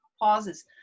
pauses